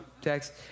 Text